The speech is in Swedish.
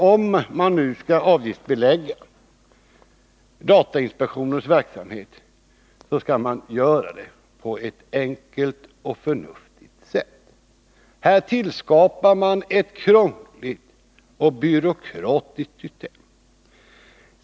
Om man skall avgiftsbelägga datainspektionens verksamhet, skall man göra det på ett enkelt och förnuftigt sätt. Här tillskapar man ett krångligt och byråkratiskt system.